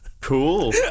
cool